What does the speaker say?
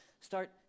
start